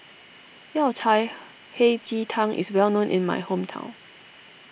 Yao Cai Hei Ji Tang is well known in my hometown